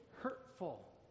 hurtful